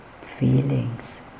feelings